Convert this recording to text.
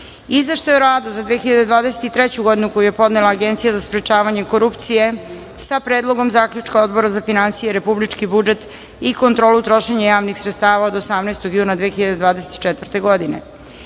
Izveštaj o radu za 2023. godinu, koji je podnela Agencija za sprečavanje korupcije, sa Predlogom zaključka Odbora za finansije, republički budžet i kontrolu trošenja javnih sredstava od 18. juna 2024. godine;39.